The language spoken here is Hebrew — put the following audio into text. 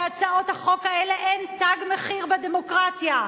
הצעות החוק האלה שהן "תג מחיר" בדמוקרטיה.